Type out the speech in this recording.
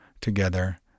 together